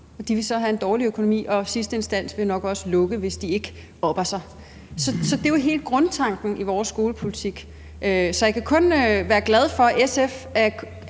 de vil så have en dårlig økonomi, og i sidste instans vil de nok også lukke, hvis de ikke opper sig. Det er jo hele grundtanken i vores skolepolitik. Så jeg kan kun være glad for, at SF